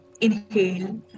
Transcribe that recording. inhale